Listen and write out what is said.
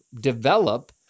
develop